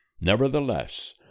Nevertheless